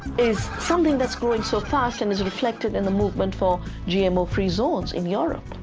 is something that's growing so fast and is reflected in the movement for gmo-free zones in europe.